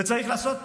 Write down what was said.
וצריך לעשות,